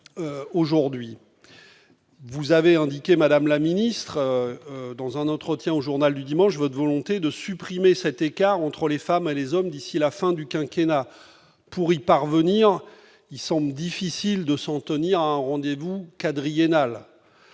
hommes aujourd'hui ? Madame la ministre, dans un entretien accordé au vous avez fait connaître votre volonté de supprimer cet écart entre les femmes et les hommes d'ici à la fin du quinquennat. Pour y parvenir, il semble difficile de s'en tenir à un rendez-vous quadriennal